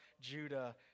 Judah